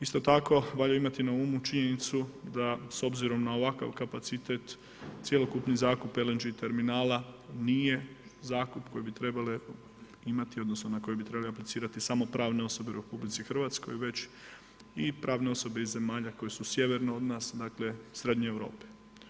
Isto tako valja imati na umu činjenicu da s obzirom na ovakav kapacitet cjelokupni zakup LNG terminala nije zakup koje bi trebale imati odnosno na koje bi trebale aplicirati samo pravne osobe u RH već i pravne osobe iz zemalja koje su sjeverno od nas, dakle srednje Europe.